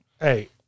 Hey